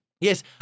Yes